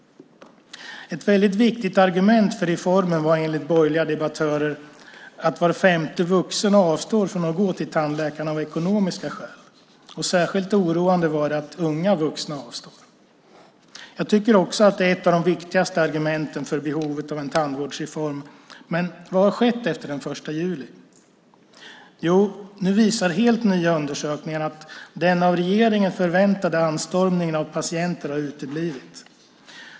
Ett väldigt viktigt argument för reformen var enligt borgerliga debattörer att var femte vuxen avstod från att gå till tandläkaren av ekonomiska skäl. Särskilt oroande var det att det gällde unga vuxna också. Jag tycker också att det är ett av de viktigaste argumenten för en tandvårdsreform, men vad har skett efter den 1 juli? Nu visar helt nya undersökningar att den av regeringen förväntade anstormningen av patienter har uteblivit.